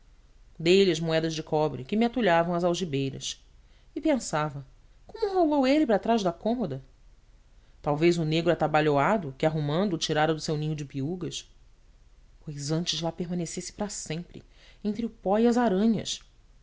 dei-lhe as moedas de cobre que me atulhavam as algibeiras e pensava como rolou ele para trás da cômoda talvez o negro atabalhoado que arrumando o tirara do seu ninho de peúgas pois antes lá permanecesse para sempre entre o pó e as aranhas